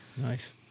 Nice